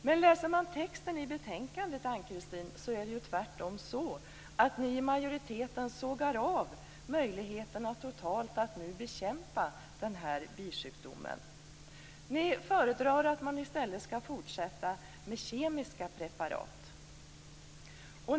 Men läser man texten i betänkandet, Ann-Kristine Johansson, så är det ju tvärtom så att ni i majoriteten totalt sågar av möjligheten att nu bekämpa den här bisjukdomen. Ni föredrar att man i stället skall fortsätta med kemiska preparat.